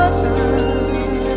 time